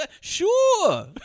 Sure